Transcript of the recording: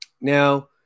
Now